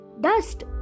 dust